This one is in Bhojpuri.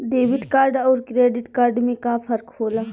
डेबिट कार्ड अउर क्रेडिट कार्ड में का फर्क होला?